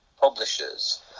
publishers